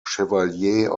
chevalier